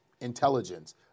intelligence